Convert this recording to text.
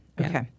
Okay